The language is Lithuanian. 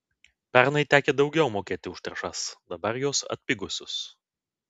pernai tekę daugiau mokėti už trąšas dabar jos atpigusios